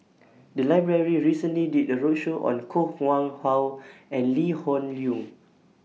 The Library recently did A roadshow on Koh Nguang How and Lee Hoon Leong